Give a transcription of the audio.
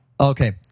Okay